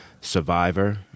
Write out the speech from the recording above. Survivor